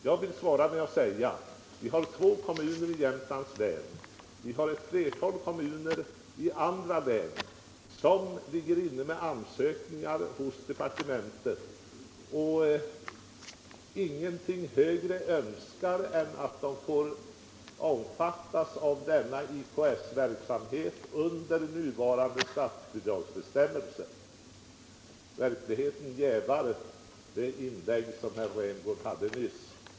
Jag vill svara med att säga att det är två kommuner i Jämtlands län och ett flertal kommuner i andra län som har ansökningar inne hos departementet och ingenting högre önskar än att de får omfattas av denna IKS-verksamhet under nuvarande statsbidragsbestämmelser. Verkligheten jävar det inlägg som herr Rämgård gjorde nyss.